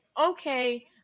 Okay